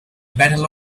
battle